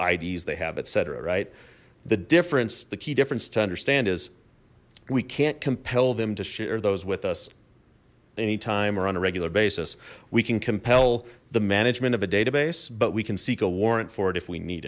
ids they have etc right the difference the key difference to understand is we can't compel them to share those with us anytime or on a regular basis we can compel the management of a database but we can seek a warrant for it if we need